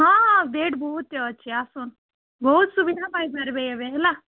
ହଁ ହଁ ବେଡ଼୍ ବହୁତ୍ଟେ ଅଛେ ଆସୁନ୍ ବହୁତ୍ ସୁବିଧା ପାଇପାର୍ବେ ଏବେ ହେଲା